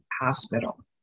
hospital